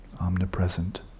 omnipresent